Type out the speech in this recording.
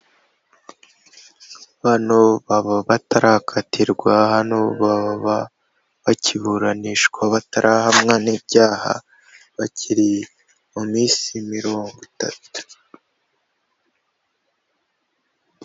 Bano baba batarakatirwa, hano baba bakiburanishwa batarahamwa n'ibyaha, bakiri mu minsi mirongo itatu.